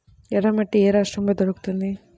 ఎర్రమట్టి ఏ రాష్ట్రంలో దొరుకుతుంది?